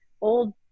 old